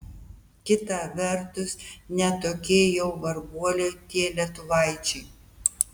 kita vertus ne tokie jau varguoliai tie lietuvaičiai